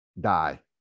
die